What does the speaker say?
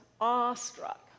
awestruck